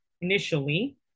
initially